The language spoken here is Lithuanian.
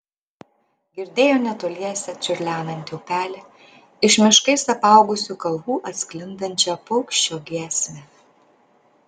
girdėjo netoliese čiurlenantį upelį iš miškais apaugusių kalvų atsklindančią paukščio giesmę